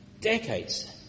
decades